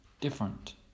different